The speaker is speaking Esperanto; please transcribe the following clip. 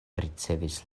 ricevis